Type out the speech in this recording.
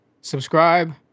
subscribe